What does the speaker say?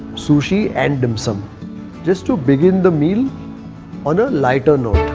sushi and dim sums just to begin the meal on a lighter note.